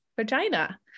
vagina